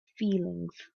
feelings